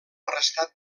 arrestat